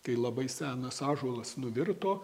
tai labai senas ąžuolas nuvirto